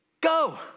go